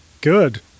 Good